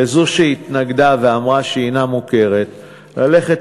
לזו שהתנגדה ואמרה שהיא איננה מכירה, ללכת